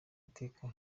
iteka